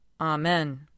Amen